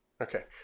okay